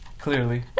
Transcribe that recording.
Clearly